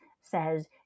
says